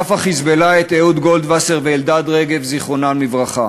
הייתה מדיניות ברורה ונכונה.